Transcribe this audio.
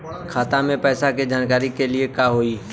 खाता मे पैसा के जानकारी के लिए का होई?